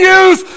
use